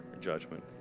judgment